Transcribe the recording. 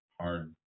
hard